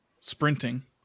sprinting